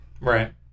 Right